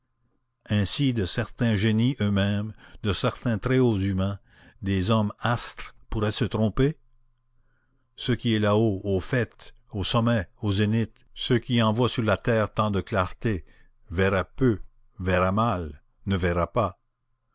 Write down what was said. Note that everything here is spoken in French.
ainsi de certains génies eux-mêmes de certains très hauts humains des hommes astres pourraient se tromper ce qui est là-haut au faîte au sommet au zénith ce qui envoie sur la terre tant de clarté verrait peu verrait mal ne verrait pas